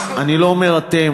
אני לא אומר אתם,